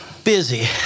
Busy